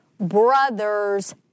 brother's